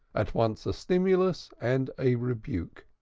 at once a stimulus and a rebuke.